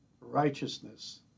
righteousness